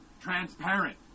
transparent